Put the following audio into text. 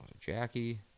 Jackie